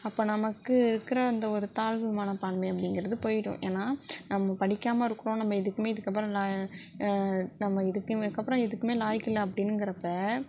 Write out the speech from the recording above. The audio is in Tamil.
அப்போ நமக்கு இருக்கிற அந்த ஒரு தாழ்வு மனப்பான்மை அப்படிங்கிறது போய்விடும் ஏன்னா நம்ம படிக்காமல் இருக்கிறோம் நம்ம எதுக்கும் இதுக்கு அப்புறம் நம்ம எதுக்கு இதுக்கு அப்புறம் எதுக்கும் லாயக்கு இல்லை அப்டிங்கிறப்ப